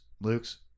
Luke's